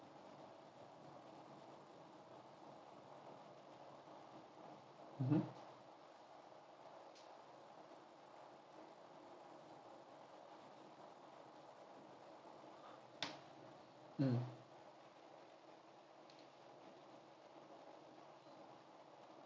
mmhmm mm